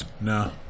No